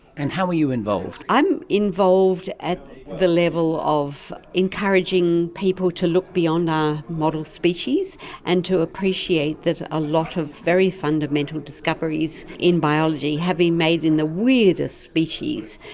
and how are you involved? i'm involved at the level of encouraging people to look beyond our model species and to appreciate that a lot of very fundamental discoveries in biology have been made in the weirdest species,